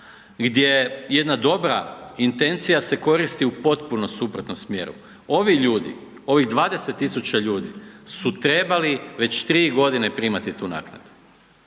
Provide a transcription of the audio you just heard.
gdje jedna dobra intencija se koristi u potpuno suprotnom smjeru. Ovi ljudi, ovih 20 tisuća ljudi su trebali već 3 godine primati tu naknadu.